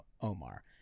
Omar